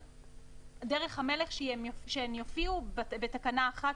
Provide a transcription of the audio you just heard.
דרך המלך היא שהן יופיעו בתקנה 1,